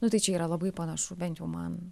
nu tai čia yra labai panašu bent jau man